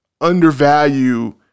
undervalue